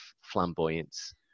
flamboyance